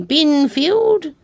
Binfield